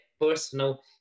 personal